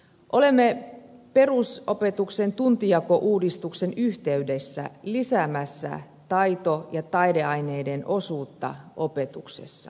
olemme perusopetuksen tuntijakouudistuksen yhteydessä lisäämässä taito ja taideaineiden osuutta opetuksessa